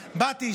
באתי,